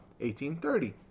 1830